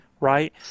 right